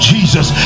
Jesus